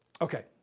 Okay